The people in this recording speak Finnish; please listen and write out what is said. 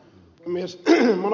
arvoisa puhemies